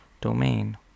domain